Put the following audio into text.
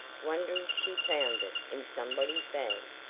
wonder if she found it in somebody's bag?